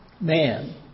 man